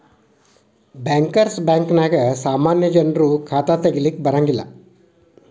bankers ಬ್ಯಾಂಕ ನ್ಯಾಗ ಸಾಮಾನ್ಯ ಜನ್ರು ಖಾತಾ ತಗಿಲಿಕ್ಕೆ ಬರಂಗಿಲ್ಲಾ